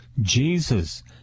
Jesus